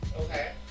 okay